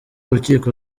urukiko